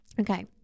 Okay